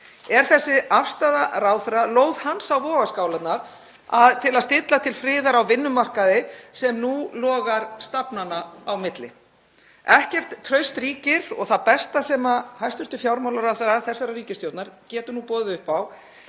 Er þessi afstaða ráðherra lóð hans á vogarskálarnar til að stilla til friðar á vinnumarkaði sem nú logar stafnanna á milli? Ekkert traust ríkir og það besta sem hæstv. fjármálaráðherra þessarar ríkisstjórnar getur nú boðið upp á